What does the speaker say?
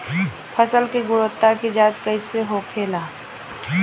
फसल की गुणवत्ता की जांच कैसे होखेला?